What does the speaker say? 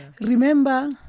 Remember